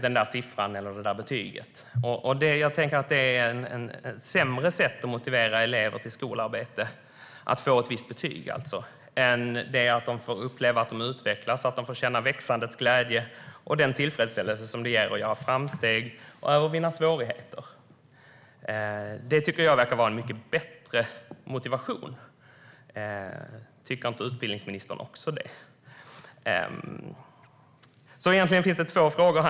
Jag tror att ett betyg är ett sämre sätt att motivera elever till skolarbete än att de får uppleva att de utvecklas, får känna glädjen över att de får växa och får den tillfredsställelse som det ger att göra framsteg och övervinna svårigheter. Det tycker jag verkar vara en mycket bättre motivation. Tycker inte utbildningsministern också det? Egentligen har jag två frågor.